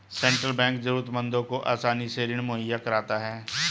central bank जरूरतमंदों को आसानी से ऋण मुहैय्या कराता है